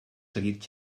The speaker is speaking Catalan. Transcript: seguit